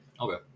Okay